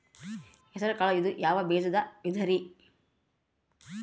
ಹೆಸರುಕಾಳು ಇದು ಯಾವ ಬೇಜದ ವಿಧರಿ?